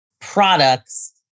products